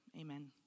Amen